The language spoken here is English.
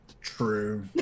True